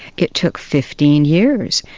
it took fifteen years.